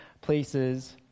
places